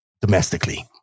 domestically